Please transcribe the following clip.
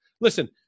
listen